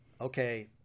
Okay